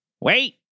Wait